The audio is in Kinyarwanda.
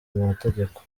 mategeko